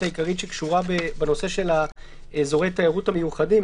העיקרית שקשורה בנושא של אזורי תיירות מיוחדים,